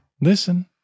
Listen